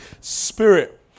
Spirit